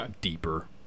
deeper